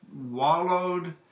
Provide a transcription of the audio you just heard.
wallowed